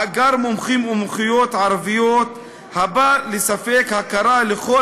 מאגר מומחים ומומחיות ערבים הבא לספק הכרה לכל